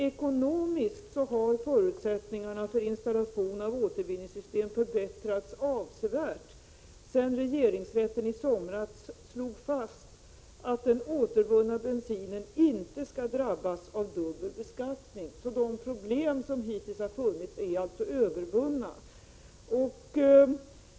Ekonomiskt har förutsättningarna för installation av återvinningssystem förbättrats avsevärt sedan regeringsrätten i somras slog fast att den återvunna bensinen inte skall drabbas av dubbel beskattning. De problem som hittills har funnits är alltså övervunna.